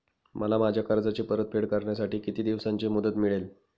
मला माझ्या कर्जाची परतफेड करण्यासाठी किती दिवसांची मुदत मिळेल?